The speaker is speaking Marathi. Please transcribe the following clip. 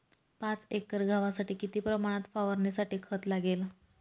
पाच एकर गव्हासाठी किती प्रमाणात फवारणीसाठी खत लागेल?